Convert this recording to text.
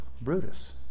Brutus